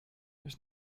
there